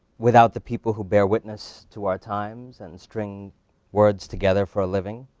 without the people who bear witness to our times and string words together for a living.